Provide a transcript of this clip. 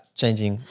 changing